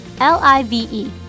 L-I-V-E